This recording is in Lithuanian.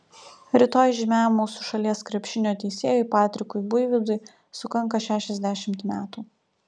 rytoj žymiam mūsų šalies krepšinio teisėjui patrikui buivydui sukanka šešiasdešimt metų